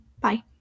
Bye